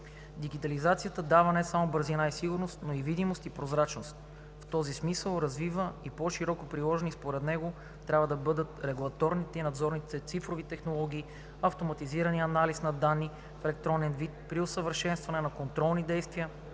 Дигитализацията дава не само бързина и сигурност, но и видимост и прозрачност. В този смисъл развитие и по-широко приложение според него трябва да получат регулаторните и надзорните цифрови технологии, автоматизираният анализ на данни в електронен вид при извършване на контролни действия,